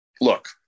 look